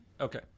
okay